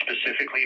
specifically